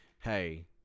hey